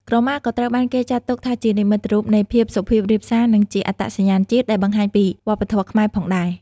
ក្រមាក៏ត្រូវបានគេចាត់ទុកថាជា និមិត្តរូបនៃភាពសុភាពរាបសារ និងជា អត្តសញ្ញាណជាតិ ដែលបង្ហាញពីវប្បធម៌ខ្មែរផងដែរ។